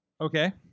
Okay